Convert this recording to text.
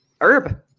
herb